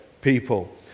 people